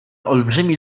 olbrzymi